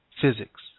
physics